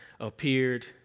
appeared